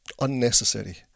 unnecessary